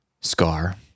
scar